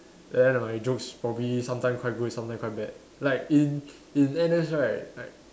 then my jokes probably sometime quite good sometime quite bad like in in N_S right I